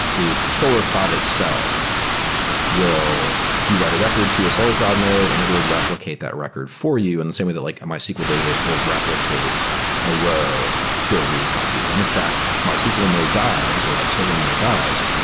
is solar cloud itself will you write a record to a solar cloud node and it will replicate that record for you and the same way that like a mysql database will replicate a row to a recopy. and if that mysql node dies or that solar node dies,